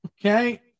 okay